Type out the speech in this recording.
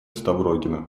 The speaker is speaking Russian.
ставрогина